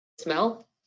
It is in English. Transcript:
smell